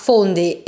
Fondi